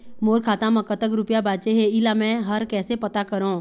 मोर खाता म कतक रुपया बांचे हे, इला मैं हर कैसे पता करों?